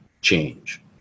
change